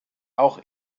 auch